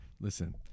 listen